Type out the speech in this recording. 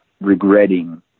regretting